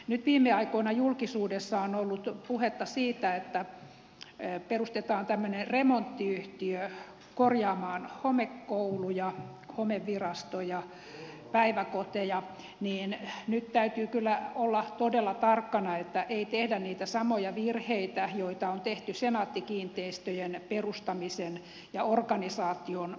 nyt viime aikoina julkisuudessa on ollut puhetta siitä että perustetaan tämmöinen remontti yhtiö korjaamaan homekouluja homevirastoja ja päiväkoteja ja nyt täytyy kyllä olla todella tarkkana että ei tehdä niitä samoja virheitä joita on tehty senaatti kiinteistöjen perustamisessa ja organisaation luomisessa